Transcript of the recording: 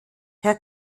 herr